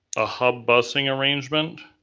a hub busing arrangement